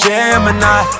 Gemini